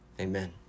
Amen